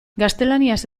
gaztelaniaz